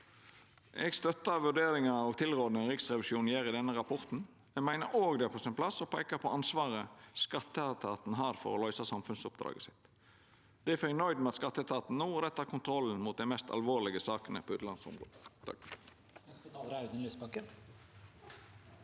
Eg støttar vurderinga og tilrådinga Riksrevisjonen gjer i denne rapporten. Eg meiner òg det er på sin plass å peika på ansvaret skatteetaten har for å løysa samfunnsoppdraget sitt. Difor er eg nøgd med at skatteetaten no rettar kontrollen mot dei mest alvorlege sakene på utanlandsområdet.